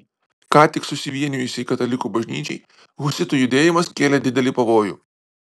ką tik susivienijusiai katalikų bažnyčiai husitų judėjimas kėlė didelį pavojų